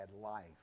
life